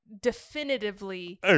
definitively